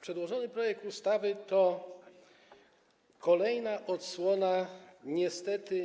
Przedłożony projekt ustawy to niestety kolejna odsłona